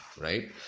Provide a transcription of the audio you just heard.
right